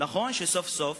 נכון שסוף-סוף